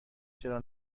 چرا